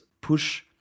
push